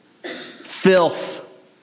Filth